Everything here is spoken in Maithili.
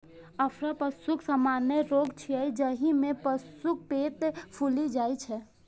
अफरा पशुक सामान्य रोग छियै, जाहि मे पशुक पेट फूलि जाइ छै